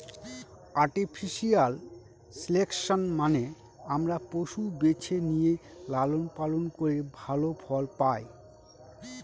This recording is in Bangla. আর্টিফিশিয়াল সিলেকশন মানে আমরা পশু বেছে নিয়ে লালন পালন করে ভালো ফল পায়